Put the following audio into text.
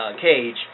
Cage